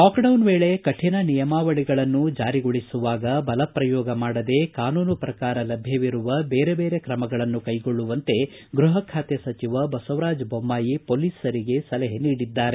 lockdown ವೇಳೆ ಕಠಿಣ ನಿಯಮಾವಳಿಗಳನ್ನು ಜಾರಿಗೊಳಿಸುವಾಗ ಬಲಪ್ರಯೋಗ ಮಾಡದೇ ಕಾನೂನು ಪ್ರಕಾರ ಲಭ್ಞವಿರುವ ಬೇರೆ ಬೇರೆ ತ್ರಮಗಳನ್ನು ಕೈಗೊಳ್ಳುವಂತೆ ಗೃಹ ಖಾತೆ ಸಚಿವ ಬಸವರಾಜ ಬೊಮ್ಮಾಯಿ ಪೊಲೀಸರಿಗೆ ಸಲಹೆ ನೀಡಿದ್ದಾರೆ